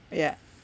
ya